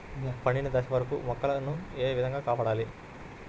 పండిన దశ వరకు మొక్కల ను ఏ విధంగా కాపాడాలి?